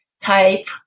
type